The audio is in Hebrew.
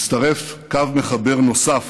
הצטרף קו מחבר נוסף